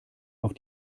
auf